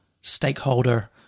stakeholder